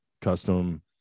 custom